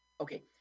Okay